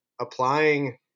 applying